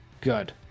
good